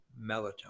melatonin